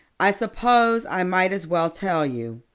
i suppose i might as well tell you.